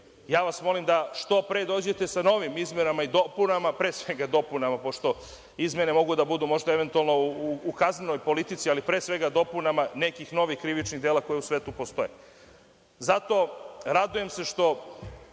vas da što pre dođete sa novim izmenama i dopunama, pre svega dopunama, pošto izmene mogu da budu možda eventualno u kaznenoj politici, ali, pre svega, dopunama nekih novih krivičnih dela koja u svetu postoje. Zato, radujem se što